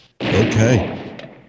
Okay